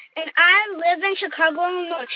and i live in chicago,